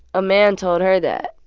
a man told her that.